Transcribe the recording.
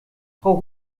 frau